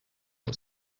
was